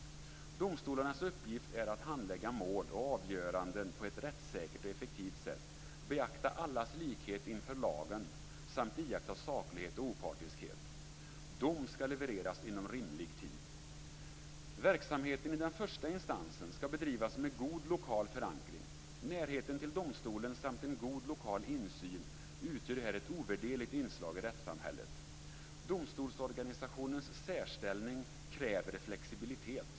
Domstolarnas uppgift är att handlägga mål och avgöranden på ett rättssäkert och effektivt sätt, beakta allas likhet inför lagen samt iaktta saklighet och opartiskhet. Dom skall levereras inom rimlig tid. Verksamheten i den första instansen skall bedrivas med god lokal förankring. Närheten till domstolen samt en god lokal insyn utgör här ett ovärderligt inslag i rättssamhället. Domstolsorganisationens särställning kräver flexibilitet.